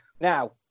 Now